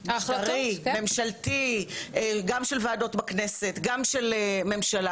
משטרי-ממשלתי גם של ועדות בכנסת וגם של ממשלה.